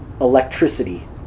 electricity